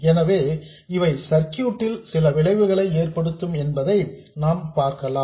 எனவே இவை சர்க்யூட் ல் சில விளைவுகளை ஏற்படுத்தும் என்பதை நாம் பார்க்கலாம்